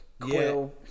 Quill